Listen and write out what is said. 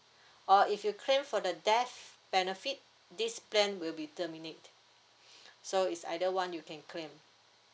or if you claim for the death benefit this plan will be terminate so is either one you can claim